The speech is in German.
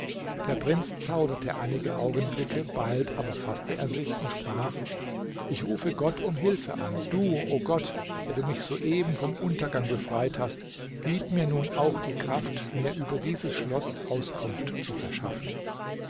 der prinz zauderte einige augenblicke bald aber faßte er sich und sprach ich rufe gott um hilfe an du o gott der du mich soeben vom untergang befreit hast gib mir nun auch die kraft mir über dieses schloß auskunft zu verschaffen